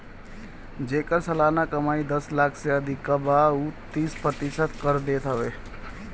जेकर सलाना कमाई दस लाख से अधिका बा उ तीस प्रतिशत कर देत हवे